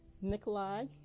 Nikolai